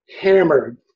hammered